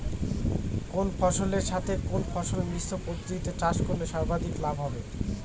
কোন ফসলের সাথে কোন ফসল মিশ্র পদ্ধতিতে চাষ করলে সর্বাধিক লাভ হবে?